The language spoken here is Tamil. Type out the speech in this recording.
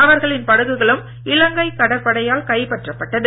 அவர்களின் படகுகளும் இலங்கை கடற்படையால் கைப்பற்றப்பட்டது